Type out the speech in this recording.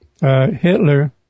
Hitler